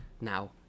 now